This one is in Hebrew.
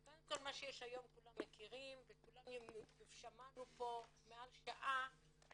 קודם כל מה שיש היום כולם מכירים ושמענו פה מעל שעה את